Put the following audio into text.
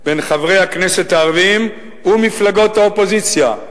בין חברי הכנסת הערבים ומפלגות האופוזיציה,